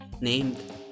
named